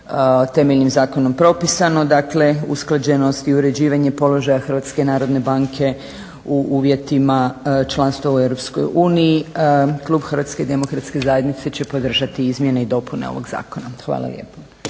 temeljnim zakonom propisano, dakle usklađenost i uređivanje položaja HNB-a u uvjetima članstvo u EU Klub HDZ-a će podržati izmjene i dopune ovog zakona. Hvala lijepa.